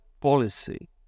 policy